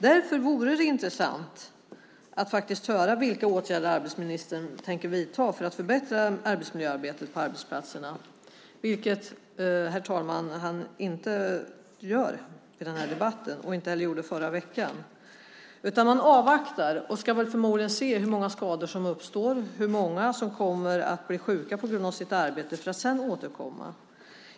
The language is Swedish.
Därför vore det intressant att höra vilka åtgärder arbetsmarknadsministern tänker vidta för att förbättra arbetsmiljöarbetet på arbetsplatserna, vilket, herr talman, han inte säger i debatten och inte heller sade förra veckan. Han avvaktar och ska väl förmodligen se hur många skador som uppstår och hur många som kommer att bli sjuka på grund av sitt arbete. Sedan ska han återkomma.